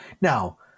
Now